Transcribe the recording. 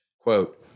quote